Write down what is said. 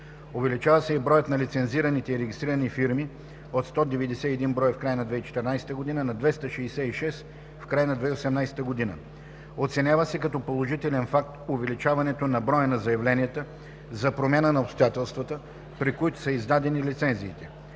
Увеличава се и броят на лицензираните и регистрирани форми – от 191 броя в края на 2014 г. на 266 в края на 2018 г. Оценява се като положителен факт увеличаването на броя на заявленията за промяна на обстоятелствата, при които са издадени лицензите.